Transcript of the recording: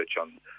on